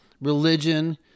religion